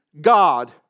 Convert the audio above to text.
God